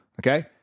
Okay